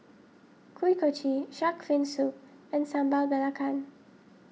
Kuih Kochi Shark's Fin Soup and Sambal Belacan